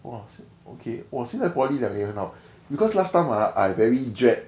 !wah! okay 现在 poly 两年很好 because last time ah I very dread